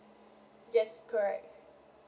yes correct